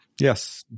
Yes